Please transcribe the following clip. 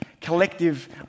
collective